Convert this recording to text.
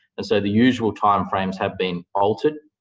and so, the usual timeframes have been altered,